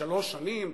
שלוש שנים,